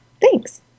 Thanks